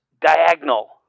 Diagonal